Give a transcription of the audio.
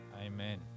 Amen